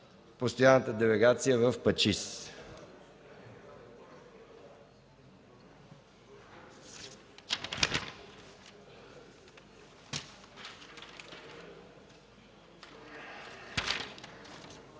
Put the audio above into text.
Постоянната делегация в ПАЧИС.